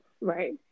right